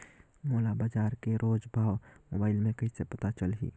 मोला बजार के रोज भाव मोबाइल मे कइसे पता चलही?